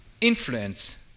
influence